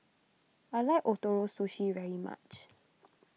I like Ootoro Sushi very much